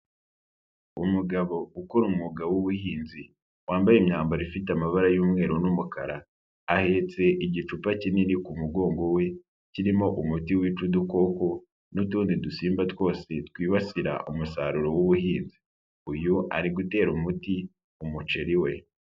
Umugabo ukora umwuga wubuhinzi wambaye imyambaro ifite amabara y'umweru n'umukara, ahetse igicupa kinini ku mugongo we kirimo umuti wica udukoko n'utundi dusimba twose twibasira umusaruro w'ubuhinzi, uyu ari gutera umuti umuceri we.